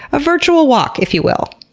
a virtual walk, if you will.